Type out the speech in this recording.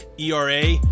era